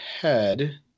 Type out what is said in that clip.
head